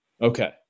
Okay